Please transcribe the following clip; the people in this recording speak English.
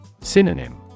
Synonym